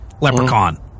leprechaun